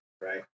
right